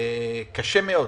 קשה מאוד